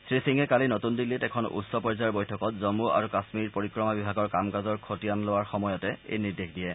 শ্ৰীসিঙে কালি নতুন দিন্নীত এখন উচ্চ পৰ্যায়ৰ বৈঠকত জম্ম আৰু কাশ্মীৰ পৰিক্ৰমা বিভাগৰ কাম কাজৰ খতিয়ান লোৱাৰ সময়তে এই নিৰ্দেশ দিয়ে